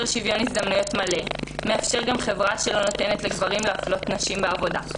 שוויון הזדמנויות מלא מאפשר גם חברה שלא נותנת לגברים להפלות נשים בעבודה,